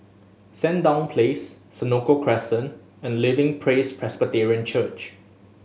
Sandown Place Senoko Crescent and Living Praise Presbyterian Church